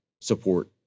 support